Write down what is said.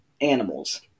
animals